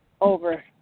over